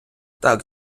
так